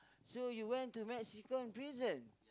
so you went to Mexican prison